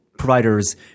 Providers